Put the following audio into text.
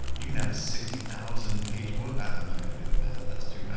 you can have a sixty thousand page, i'm not going to do the math, that's too but